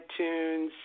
iTunes